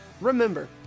remember